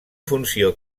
funció